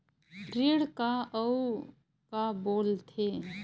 ऋण का अउ का बोल थे?